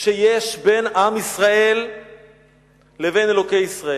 שיש בין עם ישראל לבין אלוקי ישראל.